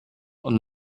und